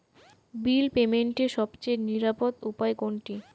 বিল পেমেন্টের সবচেয়ে নিরাপদ উপায় কোনটি?